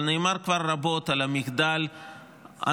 אבל נאמר כבר רבות על המחדל הנוראי,